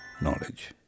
knowledge